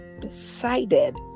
decided